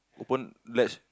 open latch